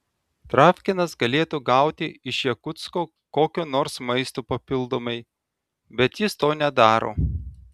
travkinas galėtų gauti iš jakutsko kokio nors maisto papildomai bet jis to nedaro